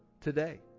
today